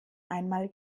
einmal